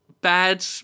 bad